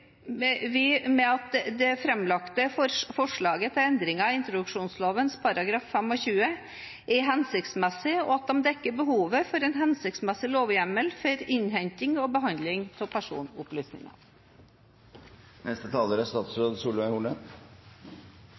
med at de foreslåtte endringene i introduksjonsloven § 25 er hensiktsmessige, og at de dekker behovet for en hensiktsmessig lovhjemmel for innhenting og behandling av personopplysninger. Jeg er